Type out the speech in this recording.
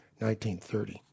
1930